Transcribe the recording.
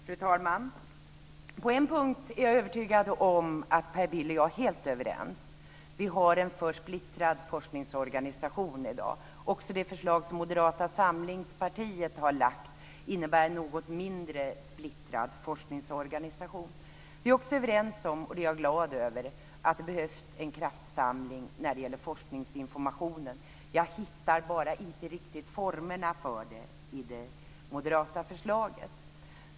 Fru talman! På en punkt är Per Bill och jag - det är jag övertygad om - helt överens. Det gäller då att vi har en alltför splittrad forskningsorganisation i dag. Också det förslag som Moderata samlingspartiet har lagt fram innebär en något mindre splittrad forskningsorganisation. Jag är glad över att vi också är överens om att det behövs kraftsamling när det gäller forskningsinformationen. Jag hittar bara inte riktigt formerna för det i det moderata förslaget.